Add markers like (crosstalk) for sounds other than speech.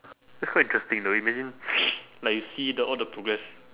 that's quite interesting though imagine (noise) like you see the all the progress